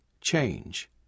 change